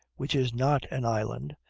which is not an island,